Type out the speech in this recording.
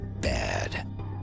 bad